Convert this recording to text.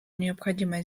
необходимо